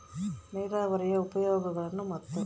ನೇರಾವರಿಯ ಉಪಯೋಗಗಳನ್ನು ಮತ್ತು?